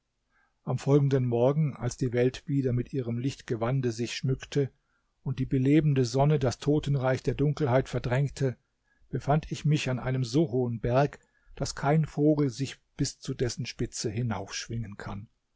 am folgenden morgen als die welt wieder mit ihrem lichtgewande sich schmückte und die belebende sonne das totenreich der dunkelheit verdrängte befand ich mich an einem so hohen berg daß kein vogel sich bis zu dessen spitze hinaufschwingen kann